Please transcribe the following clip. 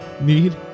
need